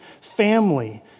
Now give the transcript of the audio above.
family